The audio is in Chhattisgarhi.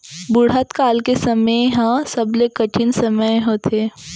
बुढ़त काल के समे ह सबले कठिन समे होथे